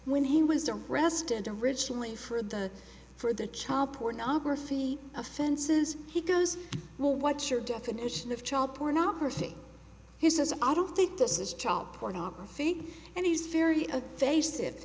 when he was arrested originally for the for the child pornography offenses he goes well what's your definition of child pornography he says i don't think this is child pornography and he's very a face